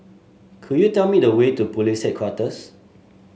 could you tell me the way to Police Headquarters